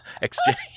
exchange